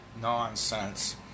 nonsense